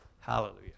Hallelujah